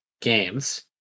games